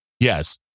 Yes